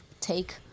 take